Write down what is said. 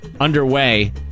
underway